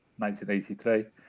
1983